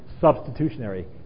substitutionary